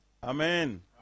Amen